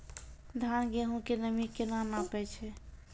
धान, गेहूँ के नमी केना नापै छै?